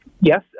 Yes